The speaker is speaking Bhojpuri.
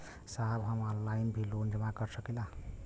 साहब हम ऑनलाइन भी लोन जमा कर सकीला?